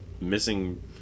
missing